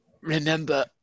remember